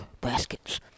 baskets